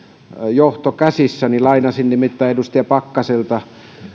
johto käsissäni lainasin nimittäin edustaja pakkaselta